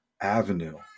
avenue